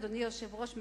אדוני היושב-ראש,